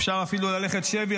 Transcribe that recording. אפשר אפילו ללכת שבי,